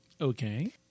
Okay